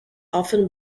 often